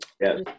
Yes